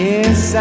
Yes